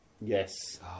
Yes